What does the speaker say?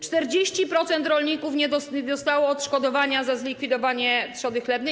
40% rolników nie dostało odszkodowania za zlikwidowanie trzody chlewnej.